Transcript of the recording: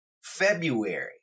February